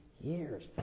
years